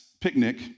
Picnic